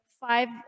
five